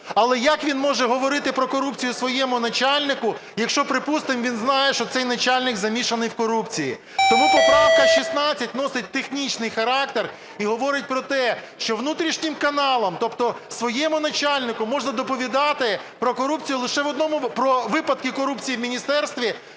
Але як він може говорити про корупцію своєму начальнику, якщо, припустимо, він знає, що цей начальник замішаний в корупції? Тому поправка 16 носить технічний характер і говорить про те, що внутрішнім каналом, тобто своєму начальнику, можна доповідати про корупцію лише… про випадки корупції в міністерстві